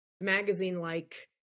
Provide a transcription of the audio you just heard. magazine-like